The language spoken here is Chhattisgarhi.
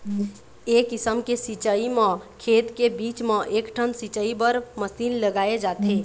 ए किसम के सिंचई म खेत के बीच म एकठन सिंचई बर मसीन लगाए जाथे